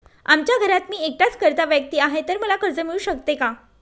आमच्या घरात मी एकटाच कर्ता व्यक्ती आहे, तर मला कर्ज मिळू शकते का?